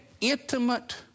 intimate